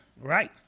right